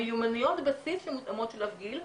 מיומנויות בסיס שמותאמות לגיל.